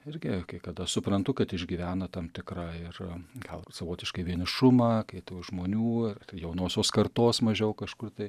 irgi kai kada suprantu kad išgyvena tam tikrą ir gal savotiškai vienišumą kai tų žmonių jaunosios kartos mažiau kažkur tai